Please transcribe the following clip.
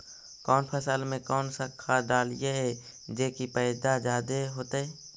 कौन फसल मे कौन सा खाध डलियय जे की पैदा जादे होतय?